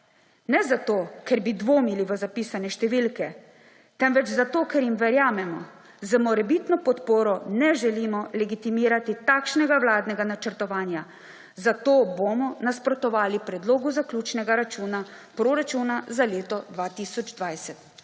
ne zato ker bi dvomili v zapisane številke, temveč zato, ker jim verjamemo, z morebitno podporo ne želimo legitimirati takšnega vladnega načrtovanja. Zato bomo nasprotovali Predlogu zaključnega računa Proračuna za leto 2020.